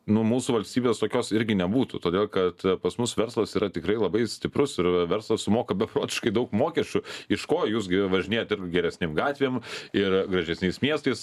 nu mūsų valstybės tokios irgi nebūtų todėl kad pas mus verslas yra tikrai labai stiprus ir verslas sumoka beprotiškai daug mokesčių iš ko jūs gi važinėjat irgi geresnėm gatvėm ir gražesniais miestais